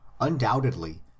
Undoubtedly